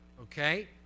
Okay